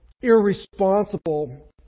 irresponsible